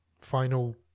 final